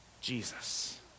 Jesus